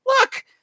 look